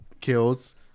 Kills